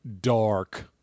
dark